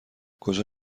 کجا